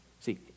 See